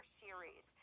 series